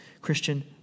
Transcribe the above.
Christian